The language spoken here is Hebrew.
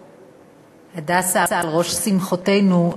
"הדסה" על ראש שמחותינו,